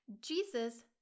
Jesus